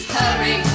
hurry